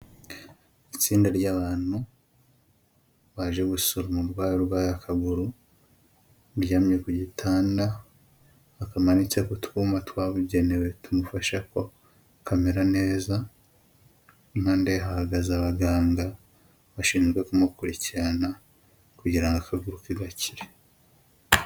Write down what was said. Itsinda ry'abantu baje gusura umurwayi urwaye akaguru uryamye ku gitanda wakamanitse ku twuma twabugenewe tumufasha ko kamera neza, impande ye hahagaze abaganga bashinzwe kumukurikirana kugira ngo akaguru ke gakire.